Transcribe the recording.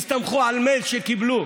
הסתמכו על מייל שקיבלו